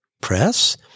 Press